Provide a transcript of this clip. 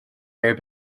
air